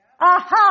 Aha